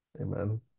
Amen